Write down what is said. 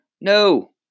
No